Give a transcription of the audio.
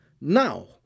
now